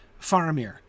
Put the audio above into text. Faramir